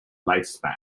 lifespan